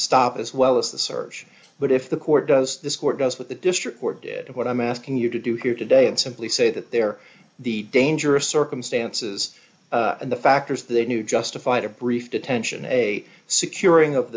stop as well as the search but if the court does this court does what the district court did what i'm asking you to do here today and simply say that there the dangerous circumstances and the factors they knew justified a brief detention a securing of